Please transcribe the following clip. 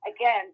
again